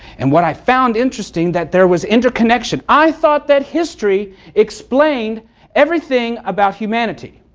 and what i found interesting that there was interconnection, i thought that history explained everything about humanity.